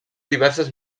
diverses